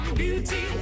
beauty